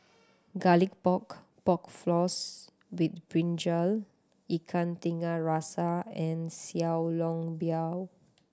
Garlic Pork Pork Floss with brinjal Ikan Tiga Rasa and Xiao Long Bao